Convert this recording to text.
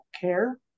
care